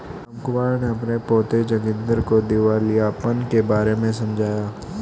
रामकुमार ने अपने पोते जोगिंदर को दिवालियापन के बारे में समझाया